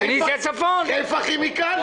חיפה כימיקלים.